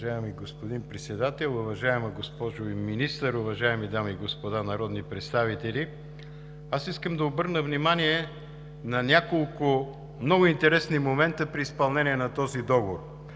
Уважаеми господин Председател, уважаема госпожо Министър, уважаеми дами и господа народни представители! Аз искам да обърна внимание на няколко много интересни момента при изпълнение на този договор.